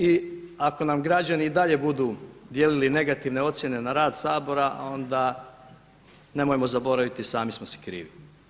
I ako nam građani i dalje budu dijelili negativne ocjene na rad Sabora, onda nemojmo zaboraviti sami smo si krivi.